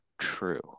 True